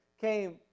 came